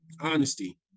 honesty